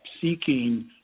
seeking